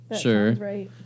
Sure